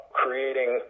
creating